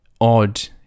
odd